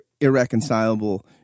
irreconcilable